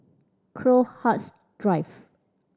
Crowhurst Drive